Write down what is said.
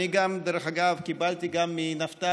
ישבתי, שמעתי את הביקורת, יש ביקורת